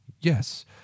yes